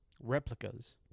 replicas